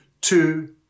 Two